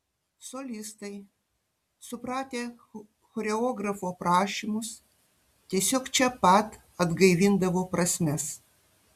solistai supratę choreografo prašymus tiesiog čia pat atgaivindavo prasmes